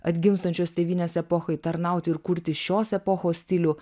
atgimstančios tėvynės epochai tarnauti ir kurti šios epochos stilių